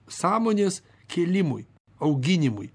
sąmonės kėlimui auginimui